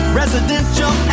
residential